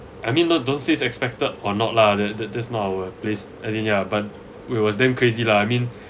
I mean not don't say it's expected or not lah that that that's not our place as in ya but we was damn crazy lah I mean